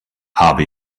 habe